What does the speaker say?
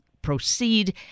proceed